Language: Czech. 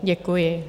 Děkuji.